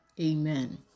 Amen